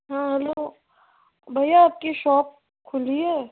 ہاں ہلو بھیا آپ کی شاپ کُھلی ہے